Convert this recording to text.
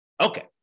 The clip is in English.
Okay